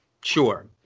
Sure